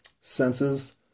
senses